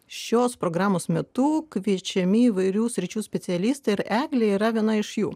šios programos metu kviečiami įvairių sričių specialistai ir eglė yra viena iš jų